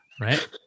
Right